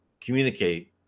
communicate